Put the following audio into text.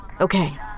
okay